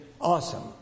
awesome